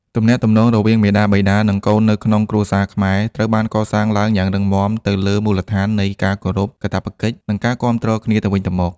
ទំនាក់ទំនងរវាងមាតាបិតា និងកូននៅក្នុងគ្រួសារខ្មែរត្រូវបានកសាងឡើងយ៉ាងរឹងមាំទៅលើមូលដ្ឋាននៃ ការគោរព កាតព្វកិច្ច និង ការគាំទ្រគ្នាទៅវិញទៅមក។